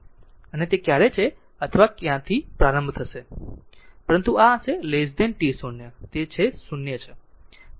અને તે ક્યારે છે અથવા અહીંથી પ્રારંભ થશે છે પરંતુ આ હશે t 0 તે 0 છે